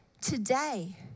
today